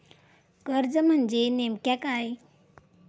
कर्ज म्हणजे नेमक्या काय?